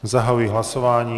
Zahajuji hlasování.